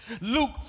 Luke